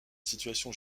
situation